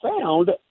found